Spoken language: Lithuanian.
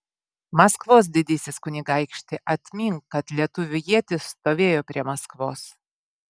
maskvos didysis kunigaikšti atmink kad lietuvių ietis stovėjo prie maskvos